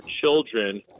children